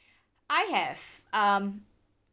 I have um